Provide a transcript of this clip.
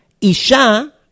Isha